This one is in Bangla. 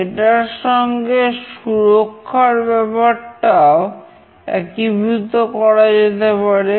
এটার সঙ্গে সুরক্ষার ব্যাপারটাও একীভূত করা যেতে পারে